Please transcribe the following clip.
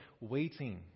waiting